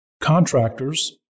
Contractors